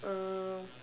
um